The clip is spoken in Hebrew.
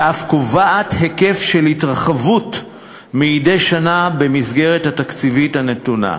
ואף קובעת היקף של התרחבות מדי שנה במסגרת התקציבית הנתונה.